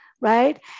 right